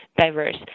diverse